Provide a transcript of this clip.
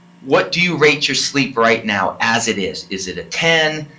what do you rate your sleep right now as it is. is it a ten?